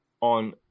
on